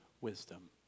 wisdom